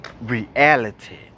reality